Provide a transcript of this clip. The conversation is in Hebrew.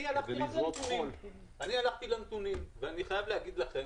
אני הלכתי לנתונים ואני חייב להגיד לכם